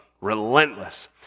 Relentless